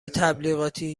تبلیغاتی